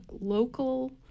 local